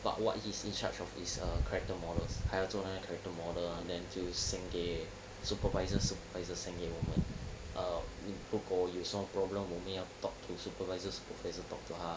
but what he's in charge of his character models 他要做那个 character model then 就 send 给 supervisor supervisor send 给我们 err 如果有什么 problem 我们要 talk to supervisor supervisor talk to 他